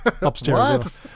upstairs